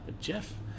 Jeff